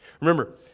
remember